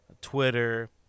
Twitter